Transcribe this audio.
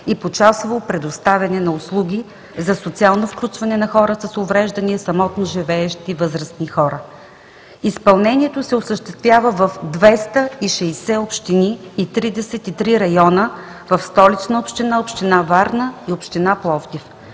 и почасово предоставяне на услуги за социално включване на хора с увреждания и самотно живеещи възрастни хора. Изпълнението ѝ се осъществява в 260 общини и 33 района в Столична община, община Варна и община Пловдив